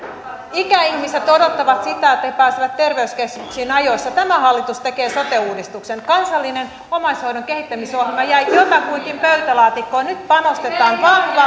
ikäihmiset odottavat sitä että he pääsevät terveyskeskuksiin ajoissa tämä hallitus tekee sote uudistuksen kansallinen omaishoidon kehittämisohjelma jäi jotakuinkin pöytälaatikkoon nyt panostetaan vahva